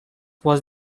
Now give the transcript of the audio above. was